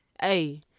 Hey